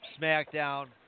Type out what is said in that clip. SmackDown